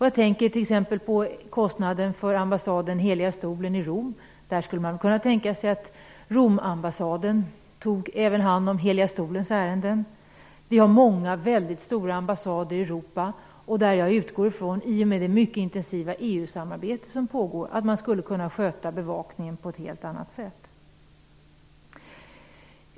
Jag tänker t.ex. på kostnaden för ambassaden vid Heliga Stolen i Rom. Man skulle väl kunna tänka sig att Romambassaden tog hand om även Heliga Stolens ärenden. Vi har många väldigt stora ambassader i Europa, och i och med det mycket intensiva EU samarbete som pågår utgår jag från att man skulle kunna sköta bevakningen på ett helt annat sätt.